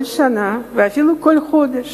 כל שנה, ואפילו כל חודש,